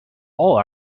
all